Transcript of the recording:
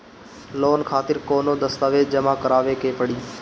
Loan खातिर कौनो दस्तावेज जमा करावे के पड़ी?